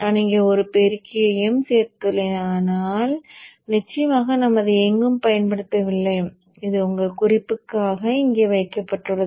நான் இங்கே ஒரு பெருக்கியையும் சேர்த்துள்ளேன் ஆனால் நிச்சயமாக நாம் அதை எங்கும் பயன்படுத்தவில்லை இது உங்கள் குறிப்புக்காக இங்கே வைக்கப்பட்டுள்ளது